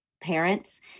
parents